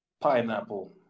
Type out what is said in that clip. Pineapple